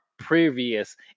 previous